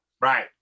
Right